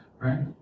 right